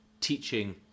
teaching